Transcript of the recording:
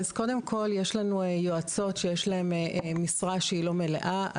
קודם כל יש לנו יועצות שיש להן משרה שהיא לא מלאה,